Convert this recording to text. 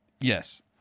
Yes